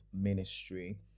ministry